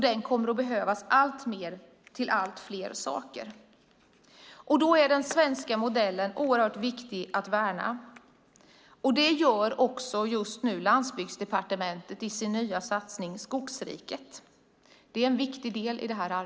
Den kommer att behövas alltmer till allt fler saker. Då är den svenska modellen oerhört viktig att värna. Det gör också Landsbygdsdepartementet just nu i sin nya satsning Skogsriket. Det är en viktig del i det arbetet.